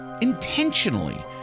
intentionally